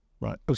Right